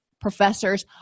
professors